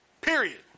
Period